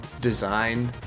Design